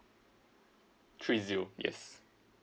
three zero yes